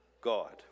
God